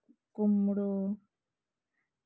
ᱠᱩᱢᱲᱳ